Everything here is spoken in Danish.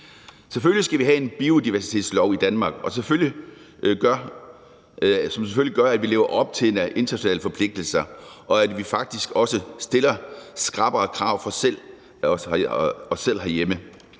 Selvfølgelig skal vi have en biodiversitetslov i Danmark, som selvfølgelig gør, at vi lever op til internationale forpligtelser, og at vi faktisk også stiller skrappere krav for os selv herhjemme.